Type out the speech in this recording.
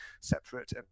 separate